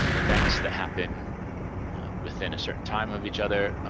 events that happen within a certain time of each other.